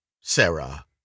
Sarah